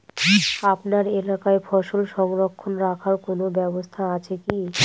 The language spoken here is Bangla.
আপনার এলাকায় ফসল সংরক্ষণ রাখার কোন ব্যাবস্থা আছে কি?